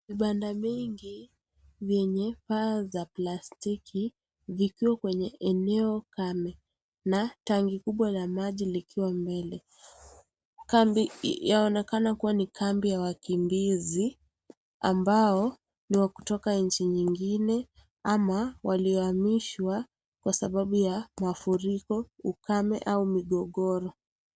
Vibanda nyingi vyenye paa za plastiki vikiwa kwenye eneo kame na tanki kubwa la maji likiwa mbele. Yaonekana kuwa ni kambi ya wakimbizi ambao wa kutoka nchi nyingine ama waihamishwa kwa sababu ya mafuriko, ukame au migogoro.